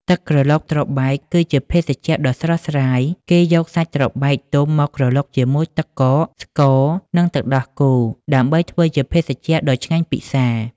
ទឹកក្រឡុកត្របែក គឺជាភេសជ្ជៈដ៏ស្រស់ស្រាយ។ គេយកសាច់ត្របែកទុំមកក្រឡុកជាមួយទឹកកក ស្ករ និងទឹកដោះគោដើម្បីធ្វើជាភេសជ្ជៈដ៏ឆ្ងាញ់ពិសារ។